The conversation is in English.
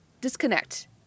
disconnect